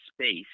space